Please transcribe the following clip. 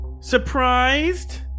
surprised